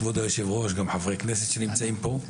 כבוד היושבת-ראש ושלום גם לחברי הכנסת שנמצאים פה.